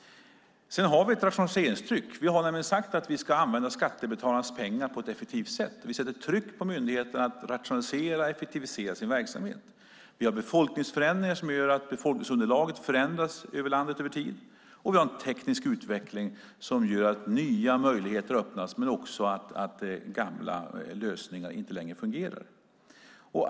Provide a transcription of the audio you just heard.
Sedan har vi ett rationaliseringstryck. Vi har nämligen sagt att vi ska använda skattebetalarnas pengar på ett effektivt sätt. Vi sätter ett tryck på myndigheterna att rationalisera och effektivisera sin verksamhet. Vi har befolkningsförändringar som gör att befolkningsunderlaget förändras i landet över tid. Vi har en teknisk utveckling som gör att nya möjligheter öppnas och att gamla lösningar inte längre fungerar.